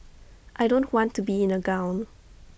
I don't want to be in A gown